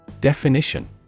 Definition